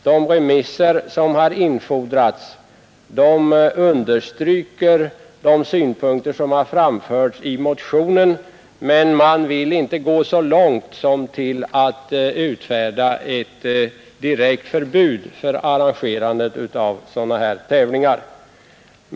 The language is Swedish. De remissvar som infordrats understryker de synpunkter som framförts i motionen, men man vill inte gå så långt som till att utfärda ett direkt förbud mot arrangerandet av sådana här tävlingar.